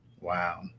Wow